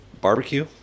barbecue